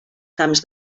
camps